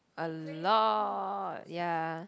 a lot ya